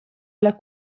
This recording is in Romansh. alla